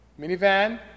Minivan